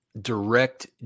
direct